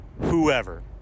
whoever